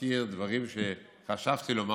להזכיר דברים שחשבתי לומר.